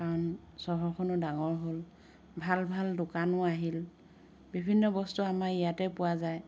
কাৰণ চহৰখনো ডাঙৰ হ'ল ভাল ভাল দোকানো আহিল বিভিন্ন বস্তু আমাৰ ইয়াতে পোৱা যায়